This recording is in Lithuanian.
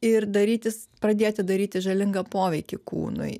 ir darytis pradėti daryti žalingą poveikį kūnui